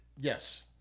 Yes